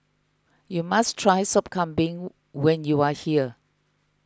you must try Sop Kambing when you are here